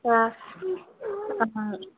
ಹಾಂ ಹಾಂ